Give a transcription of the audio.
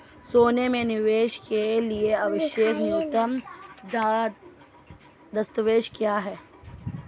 सोने में निवेश के लिए आवश्यक न्यूनतम दस्तावेज़ क्या हैं?